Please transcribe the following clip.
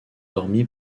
dormi